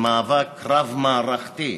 "מאבק רב-מערכתי".